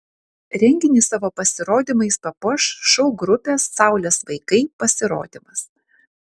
renginį savo pasirodymais papuoš šou grupės saulės vaikai pasirodymas